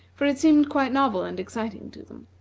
for it seemed quite novel and exciting to them.